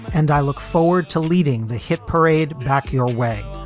and i look forward to leading the hit parade. back your way.